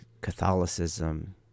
Catholicism